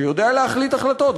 שיודע להחליט החלטות,